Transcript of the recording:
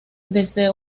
desde